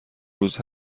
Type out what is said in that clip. روز